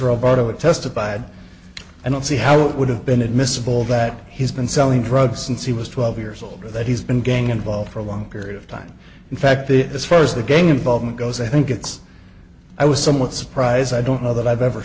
roboto testified i don't see how it would have been admissible that he's been selling drugs since he was twelve years old that he's been gang involved for a long period of time in fact this was the gang involvement goes i think it's i was somewhat surprised i don't know that i've ever